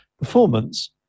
Performance